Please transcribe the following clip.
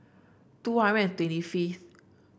two hundred and twenty fifth